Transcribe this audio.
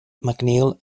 mcneill